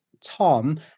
Tom